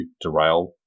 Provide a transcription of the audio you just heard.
derail